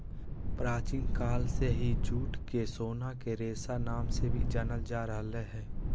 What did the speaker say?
प्राचीन काल से ही जूट के सोना के रेशा नाम से भी जानल जा रहल हय